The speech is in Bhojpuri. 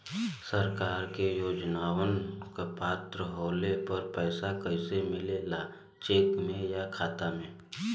सरकार के योजनावन क पात्र होले पर पैसा कइसे मिले ला चेक से या खाता मे?